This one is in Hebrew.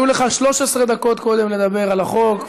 היו לך 13 דקות קודם לדבר על החוק,